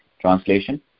Translation